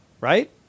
right